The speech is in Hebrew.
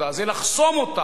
זה לחסום אותה,